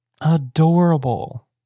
Adorable